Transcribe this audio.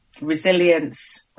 resilience